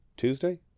Tuesday